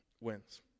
wins